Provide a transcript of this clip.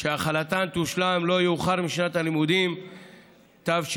שהחלתן תושלם לא יאוחר משנת הלימודים תשפ"א,